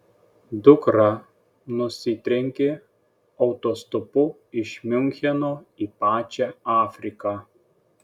dukra nusitrenkė autostopu iš miuncheno į pačią afriką